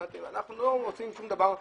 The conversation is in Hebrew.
אנחנו לא מוצאים שום דבר מקצועי.